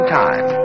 time